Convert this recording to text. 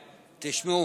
תשמעו,